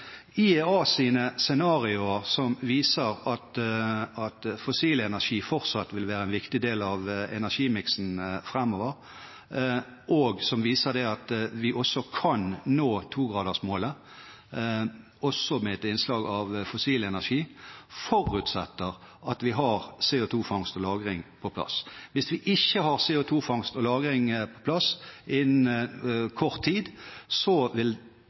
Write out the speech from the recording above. scenarioer som viser at fossil energi fortsatt vil være en viktig del av energimiksen framover, og som viser at vi kan nå togradersmålet, også med et innslag av fossil energi, forutsetter at vi har CO2-fangst og -lagring på plass. Hvis vi ikke har CO2-fangst og -lagring på plass innen kort tid, vil kostnadene med å kutte CO2-utslipp framover bli enorme. Virkningene av en effektiv klimapolitikk vil